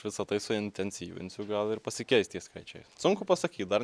visa tai suintensyvinsiu gal ir pasikeis tie skaičiai sunku pasakyti dar